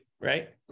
right